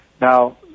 Now